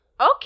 Okay